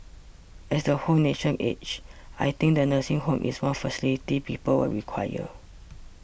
as the whole nation ages I think the nursing home is one facility people will require